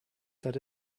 that